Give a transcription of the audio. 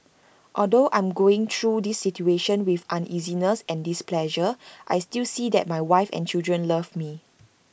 although I'm going through this situation with uneasiness and displeasure I still see that my wife and children love me